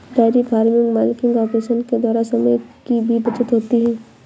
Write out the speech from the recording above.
dairy farming milking operation के द्वारा समय की भी बचत होती है